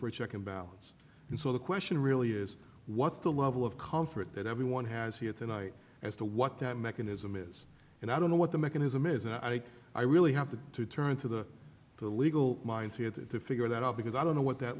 for a check and balance and so the question really is what's the level of comfort that everyone has here tonight as to what that mechanism is and i don't know what the mechanism is and i think i really have to to turn to the legal minds here to figure that out because i don't know what that